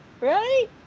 Ready